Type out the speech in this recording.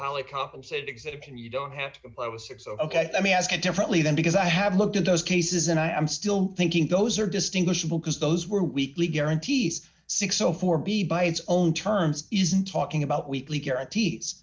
highly compensated exemption you don't have to answer so ok let me ask it differently then because i have looked at those cases and i am still thinking those are distinguishable because those were weekly guarantees six o four b by its own terms isn't talking about weekly guarantees